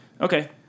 Okay